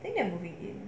think I am leaving